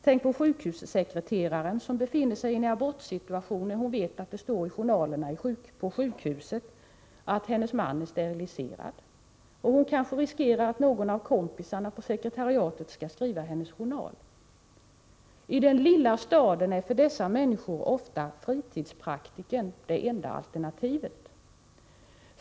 Tänk på sjukhussekreteraren som befinner sig i en abortsituation, när hon vet att det står i journalerna på sjukhuset att hennes man är steril, och hon kanske riskerar att någon av kompisarna på sekretariatet skall skriva hennes journal. I den lilla staden är för dessa människor ofta fritidspraktikern det enda alternativet.